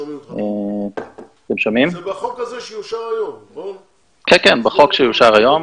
זה בחוק הזה שיאושר היום, נכון?